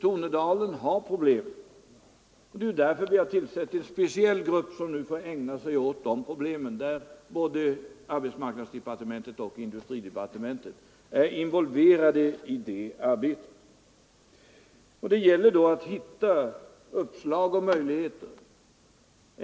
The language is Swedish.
Tornedalen har problem, och vi har därför också tillsatt en speciell grupp, som ägnar sig åt dessa. Både arbetsmarknadsdepartementet och industridepartementet är involverade i det arbetet. Det gäller därvid att hitta uppslag och möjligheter.